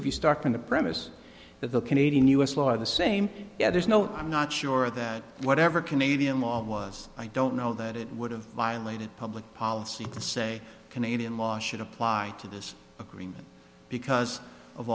if you start from the premise that the canadian us law are the same yeah there's no i'm not sure that whatever canadian law was i don't know that it would have violated public policy to say canadian law should apply to this agreement because of